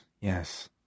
yes